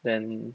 then